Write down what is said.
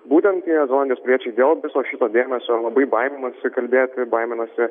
būtent tie zelandijos piliečiai dėl viso šito dėmesio labai baiminasi kalbėti baiminasi